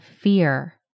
fear